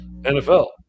NFL